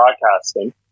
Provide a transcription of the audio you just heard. Broadcasting